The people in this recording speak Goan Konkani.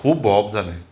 खूब भोंवप जालें